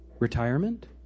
Retirement